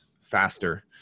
faster